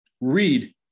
Read